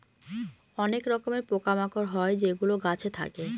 অনেক রকমের পোকা মাকড় হয় যেগুলো গাছে থাকে